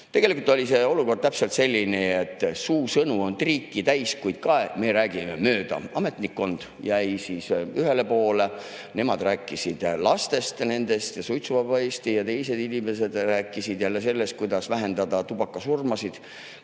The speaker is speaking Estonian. Tegelikult oli see olukord täpselt selline: "Suu sõnu on triiki täis, kuid kae, me räägime mööda ..." Ametnikkond jäi ühele poole, nemad rääkisid lastest ja nendest, aga Suitsuvaba Eesti ja teised inimesed rääkisid jälle sellest, kuidas vähendada tubakasurmasid,